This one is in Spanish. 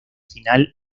final